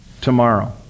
tomorrow